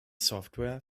software